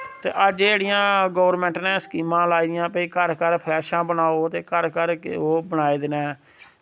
ते अज्ज जेह्ड़ियां गौरमैंट नै स्कीमां लाई दियां भाईघर घर फलैशां बनाओ ते घर घर ओह् बनाए दे नै